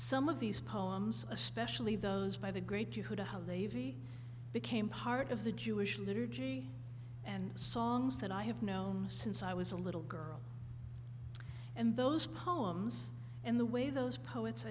some of these poems especially those by the great to how they ve became part of the jewish liturgy and songs that i have known since i was a little girl and those poems and the way those poets